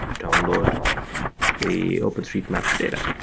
download the open streets map data.